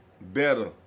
better